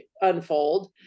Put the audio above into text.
unfold